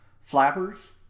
Flappers